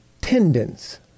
tendons